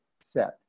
set